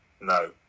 No